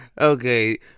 Okay